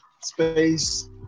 space